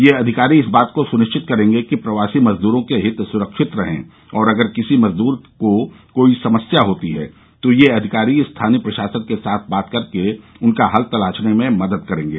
यह अधिकारी इस बात को सुनिश्चित करेंगे कि प्रवासी मजदूरों के हित सुरक्षित रहे और अगर किसी मजदूर को कोई समस्या होती है तो यह अधिकारी स्थानीय प्रशासन के साथ बात करके उसका हल तलाशने में मदद करेंगे